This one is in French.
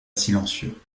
silencieux